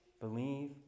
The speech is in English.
Believe